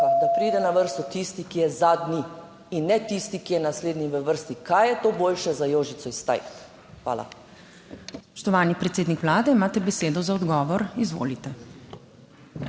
da pride na vrsto tisti, ki je zadnji in ne tisti, ki je naslednji v vrsti, kaj je to boljše za Jožico iz Tajht? Hvala.